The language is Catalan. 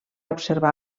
observar